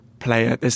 Player